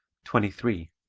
twenty three.